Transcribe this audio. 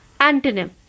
antonym